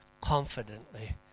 confidently